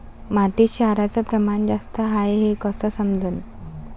मातीत क्षाराचं प्रमान जास्त हाये हे कस समजन?